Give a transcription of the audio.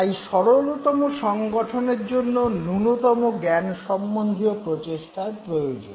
তাই সরলতম সংগঠনের জন্য ন্যূনতম জ্ঞানসম্বন্ধীয় প্রচেষ্টার প্রয়োজন